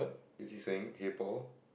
is he saying hey Paul